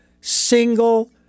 single